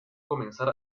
comenzar